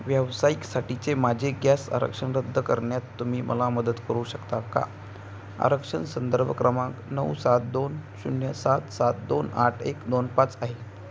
व्यावसायिकसाठीचे माझे गॅस आरक्षण रद्द करण्यात तुम्ही मला मदत करू शकता का आरक्षण संदर्भ क्रमांक नऊ सात दोन शून्य सात सात दोन आठ एक दोन पाच आहे